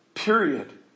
Period